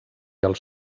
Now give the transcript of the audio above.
els